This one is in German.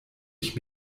ich